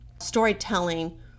storytelling